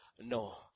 No